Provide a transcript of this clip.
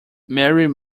marilyn